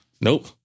nope